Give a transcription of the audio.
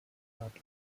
tat